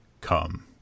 Come